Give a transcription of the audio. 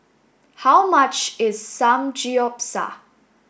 how much is Samgyeopsal